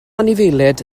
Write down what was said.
anifeiliaid